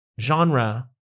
genre